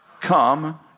come